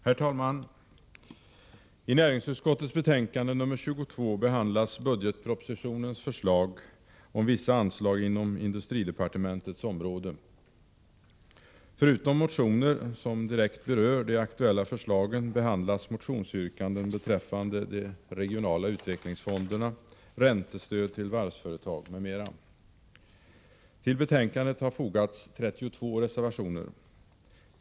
Herr talman! I näringsutskottets betänkande nr 22 behandlas budgetpropositionens förslag om vissa anslag inom industridepartementets område. Förutom motioner som direkt berör de aktuella förslagen behandlas motionsyrkanden beträffande de regionala utvecklingsfonderna, räntestöd till varvsföretag m.m. Till betänkandet har fogats 32 reservationer.